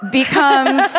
becomes